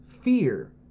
fear